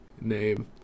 name